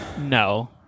No